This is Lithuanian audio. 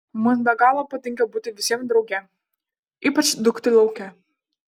mums be galo patinka būti visiems drauge ypač dūkti lauke